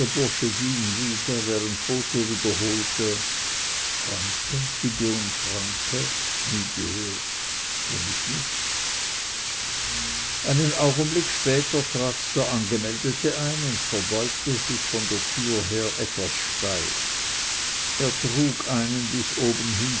bursche ging wieder während botho wiederholte franke gideon franke nie gehört kenn ich nicht einen augenblick später trat der angemeldete ein und verbeugte sich von der tür her etwas steif er trug einen bis oben hin